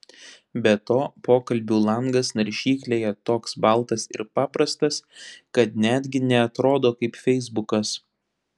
be to pokalbių langas naršyklėje toks baltas ir paprastas kad netgi neatrodo kaip feisbukas